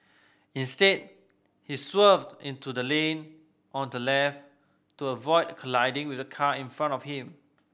instead he swerved into the lane on the left to avoid colliding with the car in front of him